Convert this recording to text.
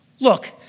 look